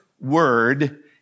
word